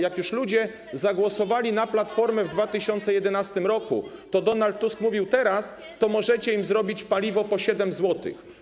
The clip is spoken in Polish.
Jak już ludzie zagłosowali na Platformę w 2011 r., to Donald Tusk mówił: teraz to możecie im zrobić paliwo po 7 zł.